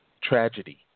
tragedy